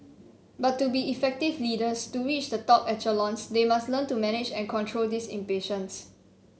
but to be effective leaders to reach the top echelons they must learn to manage and control this impatience